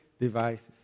devices